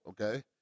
okay